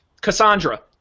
Cassandra